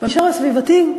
במישור הסביבתי,